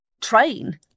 train